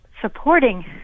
supporting